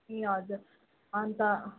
ए हजुर अनि त